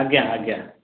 ଆଜ୍ଞା ଆଜ୍ଞା